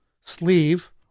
sleeve